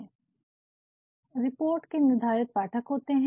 तो रिपोर्ट के निर्धारित पाठक होते हैं